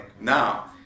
Now